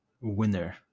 winner